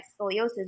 scoliosis